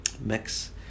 mix